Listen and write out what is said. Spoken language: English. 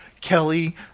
Kelly